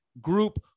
group